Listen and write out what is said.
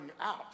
out